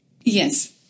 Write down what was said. Yes